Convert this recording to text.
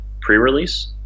pre-release